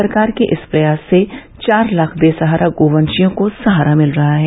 सरकार के इस प्रयास से चार लाख बेसहारा गो वंषीयों को सहारा मिल रहा है